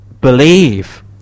believe